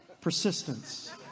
persistence